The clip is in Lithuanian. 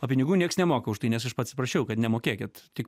o pinigų nieks nemoka už tai nes aš pats prašiau kad nemokėkit tik